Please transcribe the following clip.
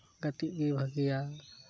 ᱜᱟᱛᱮᱜ ᱜᱮ ᱵᱷᱟᱜᱮᱭᱟ